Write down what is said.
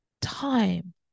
time